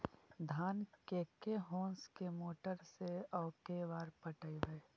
धान के के होंस के मोटर से औ के बार पटइबै?